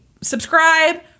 subscribe